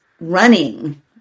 running